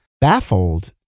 baffled